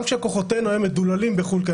גם כאר כוחותינו היו מדוללים בחוץ לארץ כי